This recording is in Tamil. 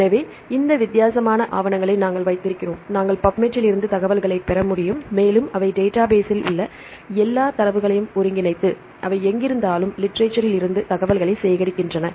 எனவே இந்த வித்தியாசமான ஆவணங்களை நாங்கள் வைத்திருக்கிறோம் நாங்கள் PUBMED இலிருந்து தகவல்களைப் பெற முடியும் மேலும் அவை டேட்டாபேஸ்ஸில் உள்ள எல்லா தரவையும் ஒருங்கிணைத்து அவை எங்கிருந்தாலும் லிட்ரேசரில்லிருந்து தகவல்களைச் சேகரிக்கின்றன